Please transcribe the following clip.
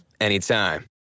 anytime